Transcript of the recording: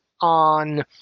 on